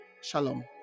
Shalom